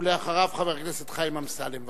ואחריו, חבר הכנסת חיים אמסלם.